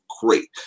great